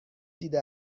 دیده